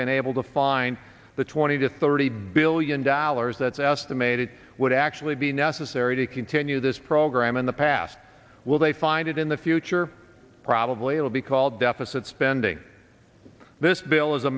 been able to find the twenty to thirty billion dollars that's estimated would actually be necessary to continue this program in the past will they find it in the future probably it will be called deficit spending this bill is a